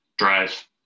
drive